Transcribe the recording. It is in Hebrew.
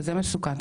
כזה מסוכן,